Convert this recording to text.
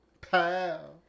Pal